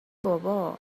بابا